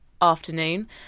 afternoon